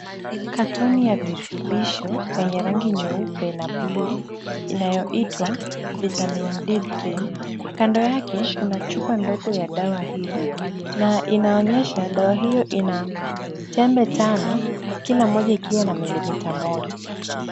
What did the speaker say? Katoni ya virutubisho yenye rangi nyeupe na bluu inayoitwa vitamin D3, kando yake kuna chupa ndogo ya dawa hiyo na inaonyesha dawa hiyo ina tembe tano kila moja ikiwa na milimita moja.